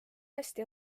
hästi